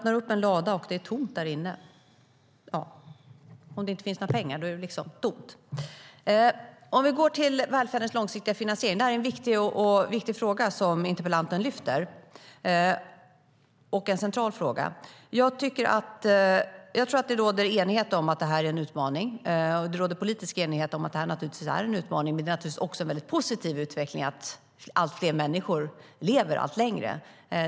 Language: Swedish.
När det inte finns några pengar i ladan är den tom. Låt oss titta på den långsiktiga finansieringen av välfärden. Det är en viktig och central fråga som interpellanten lyfter fram. Jag tror att det råder enighet om att finansieringen är en utmaning. Det råder politisk enighet om att finansieringen är en utmaning, men det är naturligtvis också en positiv utveckling att allt fler människor lever allt längre.